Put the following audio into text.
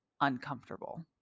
uncomfortable